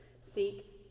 Seek